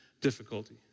difficulty